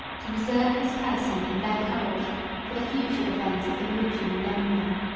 to reserve his person and their courage for the future defence of the religion and empire.